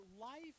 life